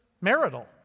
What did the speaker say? marital